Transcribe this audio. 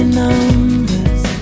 numbers